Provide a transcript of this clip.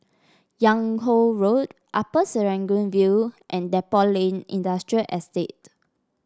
Yung Ho Road Upper Serangoon View and Depot Lane Industrial Estate